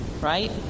right